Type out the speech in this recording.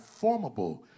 formable